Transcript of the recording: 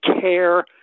care